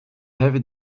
heavy